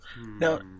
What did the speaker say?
Now